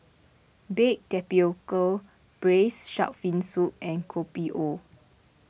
Baked Tapioca Braised Shark Fin Soup and Kopi O